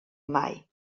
mai